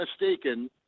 mistaken